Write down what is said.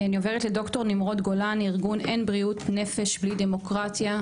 אני עוברת לד"ר נמרוד גולן מארגון "אין בריאות נפש בלי דמוקרטיה".